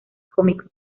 cómicos